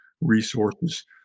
resources